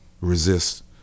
resist